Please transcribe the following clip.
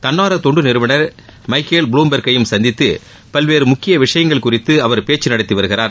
தன்னார்வ தொண்டுநிறவனர் மைக்கேல் புளும்பெர்க்கையும் சந்தித்து பல்வேறு முக்கிய விஷயங்கள் குறித்து அவர் பேச்சு நடத்தி வருகிறார்